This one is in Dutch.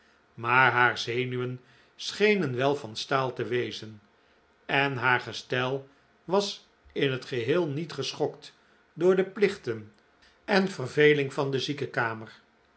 maar haar zenuwen schenen wel van staal te wezen en haar gestel was in het geheel niet geschokt door de plichten en verveling van de